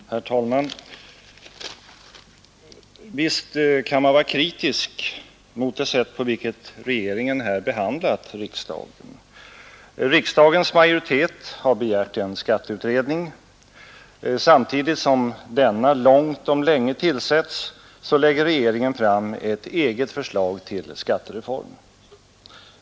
Herr talman! Visst kan man vara kritisk mot det sätt på vilket regeringen här behandlat riksdagen. Riksdagens majoritet har begärt en skatteutredning. Samtidigt som denna långt om länge tillsättes lägger regeringen fram ett eget förslag till skattereform.